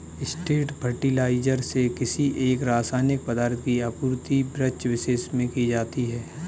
straight fertiliser से किसी एक रसायनिक पदार्थ की आपूर्ति वृक्षविशेष में की जाती है